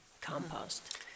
compost